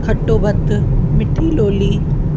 खटो भत मिठी लोली